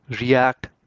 React